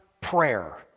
prayer